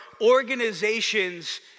organizations